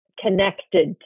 connected